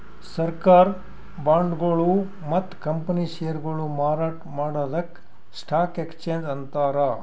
ಸರ್ಕಾರ್ ಬಾಂಡ್ಗೊಳು ಮತ್ತ್ ಕಂಪನಿ ಷೇರ್ಗೊಳು ಮಾರಾಟ್ ಮಾಡದಕ್ಕ್ ಸ್ಟಾಕ್ ಎಕ್ಸ್ಚೇಂಜ್ ಅಂತಾರ